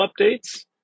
updates